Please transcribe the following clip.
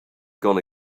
gonna